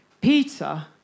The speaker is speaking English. Peter